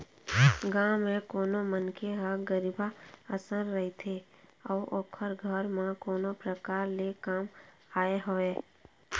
गाँव म कोनो मनखे ह गरीबहा असन रहिथे अउ ओखर घर म कोनो परकार ले काम आय हवय